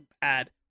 bad